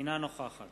אינה נוכחת